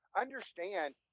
Understand